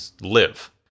live